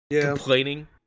complaining